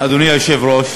אדוני היושב-ראש,